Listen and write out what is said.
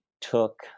took